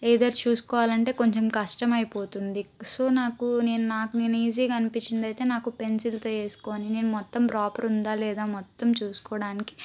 either చూసుకోవాలంటే కొంచెం కష్టమైపోతుంది సో నాకు నేను నాకు నేను ఈజీగా అనిపించింది అయితే నాకు పెన్సిల్తో వేసుకొని నేను మొత్తం ప్రాపర్ ఉందా లేదా మొత్తం చూసుకోడానికి